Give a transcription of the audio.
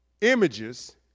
images